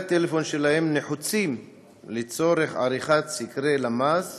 הטלפון שלהם נחוצים לצורך עריכת סקרי הלמ"ס